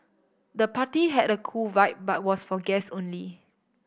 the party had a cool vibe but was for guests only